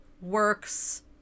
works